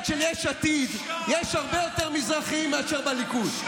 של יש עתיד יש הרבה יותר מזרחים מאשר בליכוד?